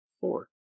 four